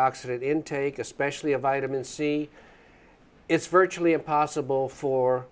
oxidant intake especially a vitamin c it's virtually impossible for